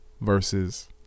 versus